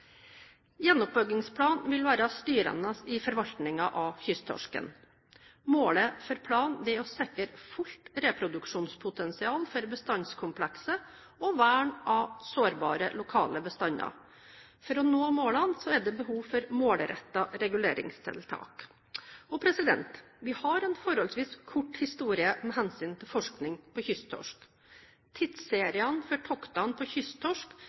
Gjenoppbyggingsplanen vil være styrende i forvaltningen av kysttorsken. Målet for planen er å sikre fullt reproduksjonspotensial for bestandskomplekset og vern av sårbare lokale bestander. For å nå målene er det behov for målrettede reguleringstiltak. Vi har en forholdsvis kort historie med hensyn til forskning på kysttorsk. Tidsseriene for toktene på kysttorsk